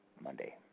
Monday